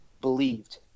believed